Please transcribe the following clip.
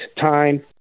time